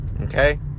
Okay